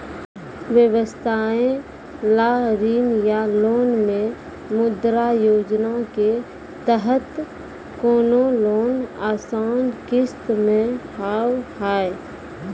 व्यवसाय ला ऋण या लोन मे मुद्रा योजना के तहत कोनो लोन आसान किस्त मे हाव हाय?